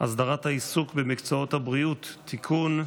הסדרת העיסוק במקצועות הבריאות (תיקון,